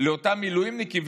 לאותם מילואימניקים,